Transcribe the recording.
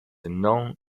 known